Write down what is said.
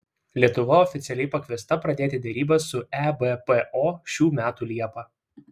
lietuva oficialiai pakviesta pradėti derybas su ebpo šių metų liepą